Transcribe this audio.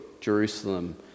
Jerusalem